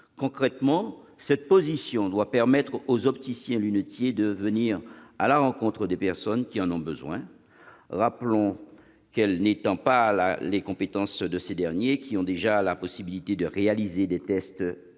Concrètement, cette proposition de loi doit permettre aux opticiens-lunetiers de venir à la rencontre des personnes qui en ont besoin. Rappelons qu'elle n'étend pas les compétences de ces derniers, qui ont déjà la possibilité de réaliser des tests d'acuité